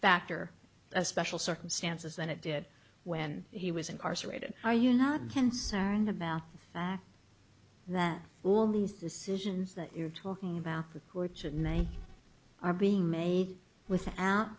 factor a special circumstances than it did when he was incarcerated are you not concerned about the fact that when these decisions that you're talking about the courts and they are being made without